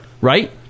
right